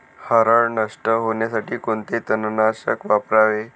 हरळ नष्ट होण्यासाठी कोणते तणनाशक वापरावे?